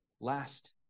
last